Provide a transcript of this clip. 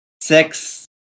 six